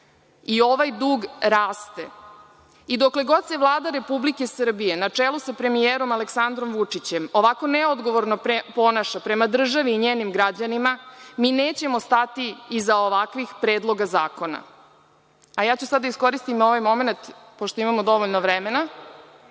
i ovaj dug raste. Dokle god se Vlada Republike Srbije, na čelu sa premijerom Aleksandrom Vučićem, ovako neodgovorno ponaša prema državi i njenim građanima, mi nećemo stati iz ovakvih predloga zakona. Sada ću da iskoristim ovaj momenat, pošto imamo dovoljno vremena,